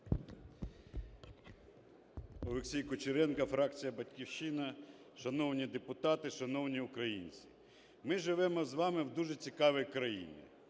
Олексій Кучеренко, фракція "Батьківщина". Шановні депутати, шановні українці. Ми живемо з вами в дуже цікавій країні.